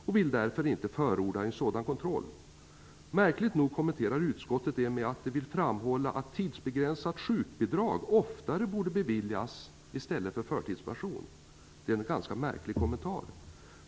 Man vill därför inte förorda en sådan kontroll. Märkligt nog kommenterar utskottet det med att tidsbegränsat sjukbidrag borde beviljas oftare i stället för förtidspension. Det är en ganska märklig kommentar.